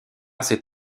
s’est